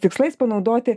tikslais panaudoti